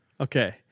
Okay